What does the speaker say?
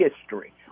history